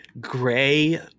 gray